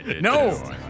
No